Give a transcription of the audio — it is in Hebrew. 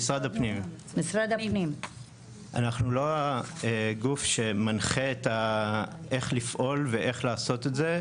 אנחנו לא הגוף שמנחה איך לפעול ואיך לעשות את זה,